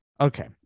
okay